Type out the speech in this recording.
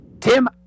Tim